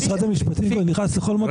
משרד המשפטים פה נכנס לכל מקום,